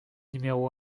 numéros